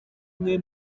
umwe